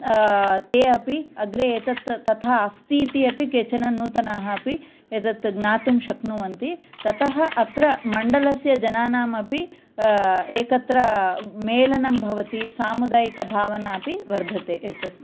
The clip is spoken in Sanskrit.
ते अपि अग्रे एतत् तथा तथा अस्ति इति अपि केचन नूतनाः अपि एतत् ज्ञातुं शक्नुवन्ति ततः अत्र मण्डलस्य जनानामपि एकत्र मेलनं भवति सामुदायिका भावना अपि वर्धते एतस्य